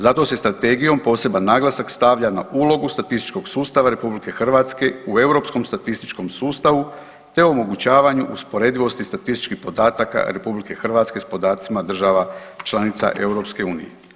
Zato se strategijom poseban naglasak stavlja na ulogu statističkog sustava RH u europskom statističkom sustavu te omogućavanju usporedivosti statističkih podataka RH s podacima država članica EU.